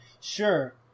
sure